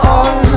on